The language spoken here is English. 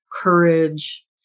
courage